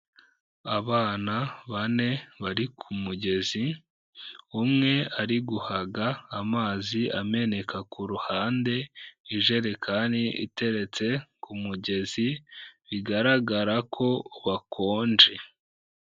Abana bane bari ku mugezi, umwe ari guhaga amazi ameneka ku ruhande, ijerekani iteretse ku mugezi bigaragara ko bakonje.